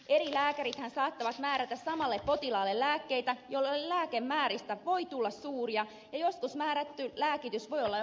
eri lääkärithän saattavat määrätä samalle potilaalle lääkkeitä jolloin lääkemääristä voi tulla suuria ja joskus määrätty lääkitys voi olla jopa vastavaikutteista